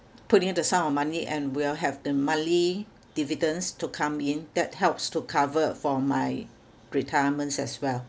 putting the sum of money and we'll have the monthly dividends to come in that helps to cover for my retirements as well